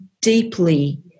deeply